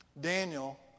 Daniel